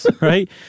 right